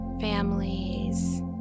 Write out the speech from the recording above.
families